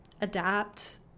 adapt